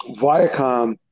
Viacom